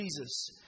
Jesus